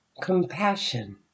compassion